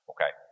Okay